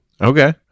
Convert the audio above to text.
Okay